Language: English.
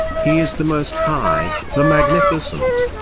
he is the most high, the magnificent.